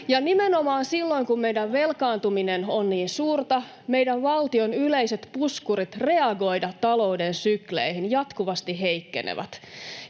ja nimenomaan silloin, kun meidän velkaantuminen on niin suurta, meidän valtion yleiset puskurit reagoida talouden sykleihin jatkuvasti heikkenevät.